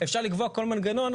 אפשר לקבוע כל מנגנון.